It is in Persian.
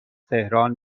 تهران